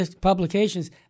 publications